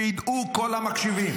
שידעו כל המקשיבים,